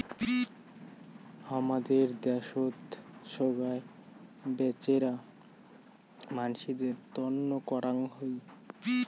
হামাদের দ্যাশোত সোগায় বেচেরা মানসিদের তন্ন করাং হই